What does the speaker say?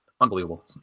unbelievable